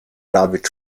david